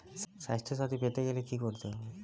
স্বাস্থসাথী পেতে গেলে কি করতে হবে?